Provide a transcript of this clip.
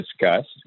discussed